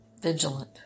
vigilant